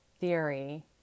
theory